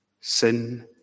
sin